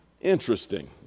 Interesting